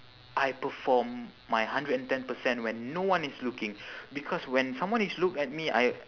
I perform my hundred and ten percent when no one is looking because when someone is look at me I